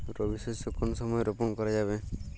রবি শস্য কোন সময় রোপন করা যাবে?